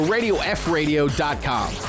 RadioFradio.com